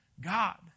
God